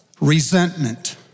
resentment